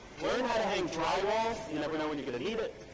learn how to hang dry wall, you never know when you're gonna need it.